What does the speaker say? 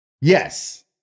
yes